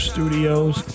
Studios